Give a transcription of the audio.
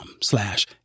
slash